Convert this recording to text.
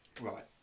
right